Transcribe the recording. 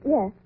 Yes